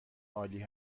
عالی